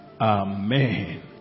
Amen